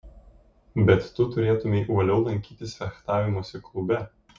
bet tu turėtumei uoliau lankytis fechtavimosi klube